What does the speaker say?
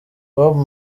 bob